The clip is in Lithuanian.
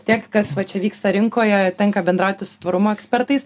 tiek kas va čia vyksta rinkoje tenka bendrauti su tvarumo ekspertais